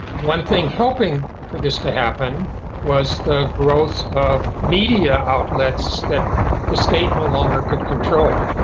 one thing helping for this to happen was the growth of media outlets that the state no longer could control,